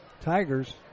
Tigers